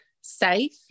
safe